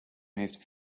heeft